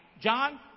John